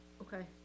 Okay